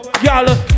Y'all